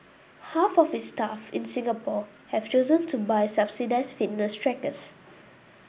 half of its staff in Singapore have chosen to buy subsidised fitness trackers